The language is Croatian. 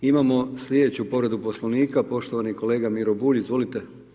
Imamo slijedeću povredu Poslovnika, poštovani kolega Miro Bulj, izvolite.